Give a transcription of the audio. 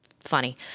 Funny